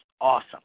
awesome